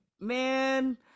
man